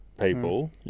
people